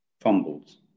fumbles